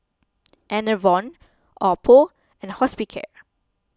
Enervon Oppo and Hospicare